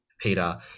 Peter